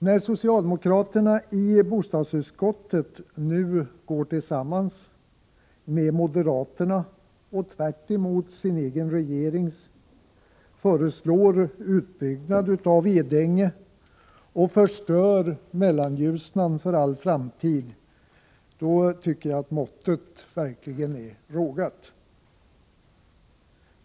När socialdemokraterna i bostadsutskottet nu går tillsammans med moderaterna och tvärtemot sin egen regering föreslår utbyggnad av Edänge och förstör Mellanljusnan för all framtid, tycker jag att måttet verkligen är rågat.